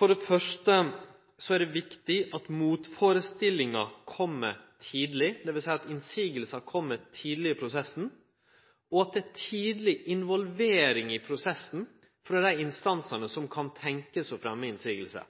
For det første er det viktig at motførestillingar kjem tidleg, dvs. at motsegner kjem tidleg i prosessen, og at det er tidleg involvering i prosessen frå dei instansane som kan tenkjast å